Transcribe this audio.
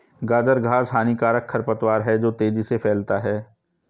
गाजर घास हानिकारक खरपतवार है जो तेजी से फैलता है